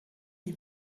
die